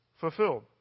fulfilled